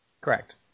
Correct